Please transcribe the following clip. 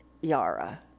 Yara